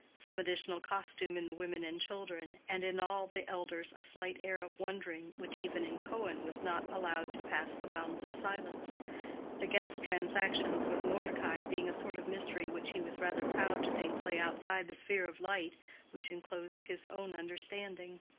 some additional costume in the women and children, and in all the elders a slight air of wondering which even in cohen was not allowed to pass the bounds of silence the guest's transactions with mordecai being a sort of mystery which he was rather proud to think lay outside the sphere of light which enclosed his own understanding.